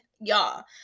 y'all